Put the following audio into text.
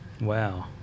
Wow